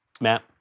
Matt